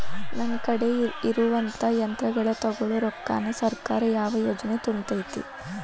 ನನ್ ಕಡೆ ಇರುವಂಥಾ ಯಂತ್ರಗಳ ತೊಗೊಳು ರೊಕ್ಕಾನ್ ಸರ್ಕಾರದ ಯಾವ ಯೋಜನೆ ತುಂಬತೈತಿ?